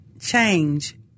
change